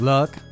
Luck